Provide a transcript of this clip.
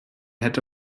hätte